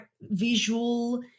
visual